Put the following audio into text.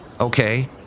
Okay